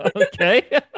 okay